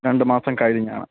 രണ്ട് മാസം കഴിഞ്ഞാണ്